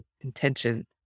intention